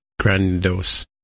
grandos